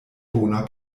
bona